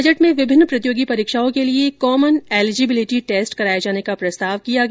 budget में विभिन्न प्रतियोगी परीक्षाओं के लिए कॉमन एलेजिबिलिटी टेस्ट कराए जाने का प्रस्ताव किया गया